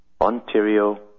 Ontario